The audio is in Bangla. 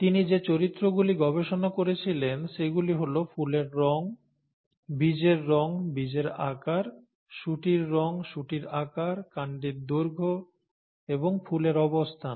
তিনি যে চরিত্রগুলি গবেষণা করেছিলেন সেগুলি হল ফুলের রঙ বীজের রঙ বীজের আকার শুঁটির রঙ শুঁটির আকার কাণ্ডের দৈর্ঘ্য এবং ফুলের অবস্থান